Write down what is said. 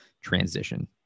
transition